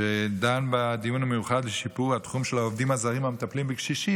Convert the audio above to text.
שדן בדיון המיוחד לשיפור התחום של העובדים הזרים המטפלים בקשישים.